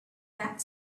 that